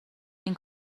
این